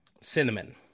Cinnamon